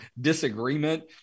disagreement